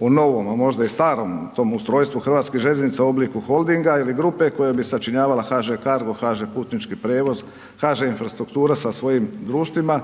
o novom, a možda i starom tom ustrojstvu hrvatskih željeznica u obliku holdinga ili grupe koja bi sačinjavala HŽ Cargo, HŽ Putnički prijevoz, HŽ Infrastruktura sa svojim društvima,